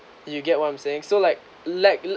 you get what I'm saying so like like